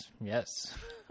yes